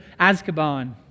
Azkaban